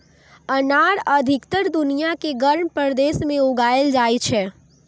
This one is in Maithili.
अनार अधिकतर दुनिया के गर्म प्रदेश मे उगाएल जाइ छै